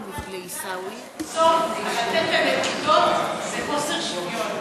אבל תדע לך שבסוף לתת להם נקודות זה חוסר שוויון,